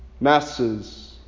masses